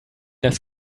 das